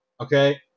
okay